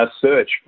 search